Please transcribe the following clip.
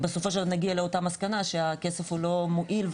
בסופו של דבר נגיע לאותה מסקנה שהכסף הוא לא מועיל,